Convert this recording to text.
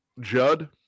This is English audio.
Judd